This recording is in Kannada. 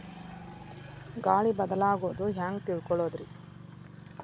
ಗಾಳಿ ಬದಲಾಗೊದು ಹ್ಯಾಂಗ್ ತಿಳ್ಕೋಳೊದ್ರೇ?